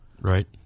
Right